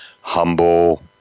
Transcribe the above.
humble